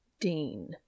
dean